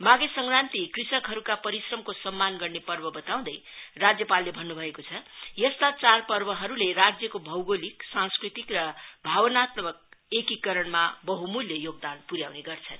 माघे संक्रान्ति कृषकहरुका परीश्रमको सम्मान गर्ने पर्व बताउँदै राज्यपालले भन्नु भएको छ यस्ता चाइ पर्वहरुले राज्यको भौगोलिक सांस्कृतिक र भावनात्मक एकीकरणमा वहुमूल्य योगदान पुर्याउने गर्छन्